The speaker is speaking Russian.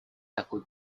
такую